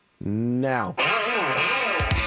now